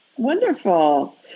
Wonderful